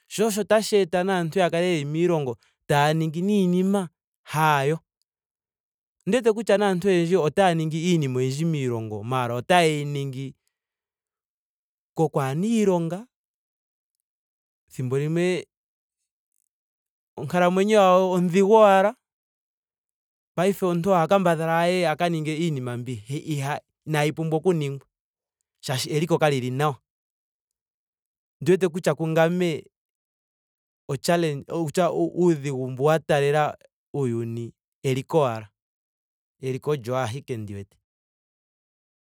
Sho osho tashi eta naantu yeli miilongo otaa ningi niinima haayo. Ondi wete naantu oyendji otaa ningi iinima oyindji miilongo maara otayeyi ningi kokwaahena iilonga. ethimbo limwe onkalamwenyo yawo ondhigu. paife omuntu oha kambadhala aye a ka ninge iinima mbi inaayi pumbwa oku ningwa shaashi eliko kalili nawa. Ondi wete kutya kungame. o challenge o uudhigu wa taalela uuyuni eliko ashike. Eliko olyo ashike ndi wete.